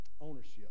ownership